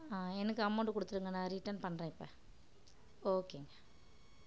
எனக்கு அமௌண்டு கொடுத்துருங்க நான் ரிட்டன் பண்ணுறேன் இப்போ ஓகேங்க